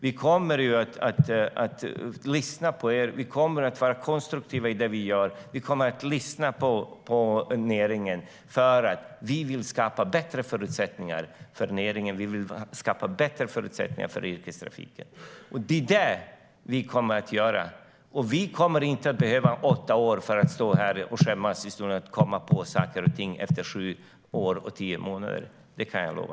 Vi kommer att lyssna på er och vara konstruktiva i det vi gör. Vi kommer att lyssna på näringen, för vi vill skapa bättre förutsättningar för yrkestrafiken. Och vi kommer inte att behöva skämmas över att vi inte har gjort saker under sju år och tio månader. Det kan jag lova.